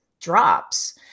drops